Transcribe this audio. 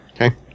Okay